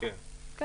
אני